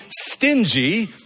stingy